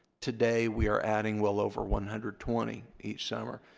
today, we are adding well over one hundred twenty each summer.